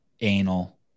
Anal